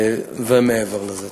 ומעבר לזה.